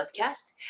podcast